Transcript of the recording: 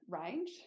range